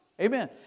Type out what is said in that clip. Amen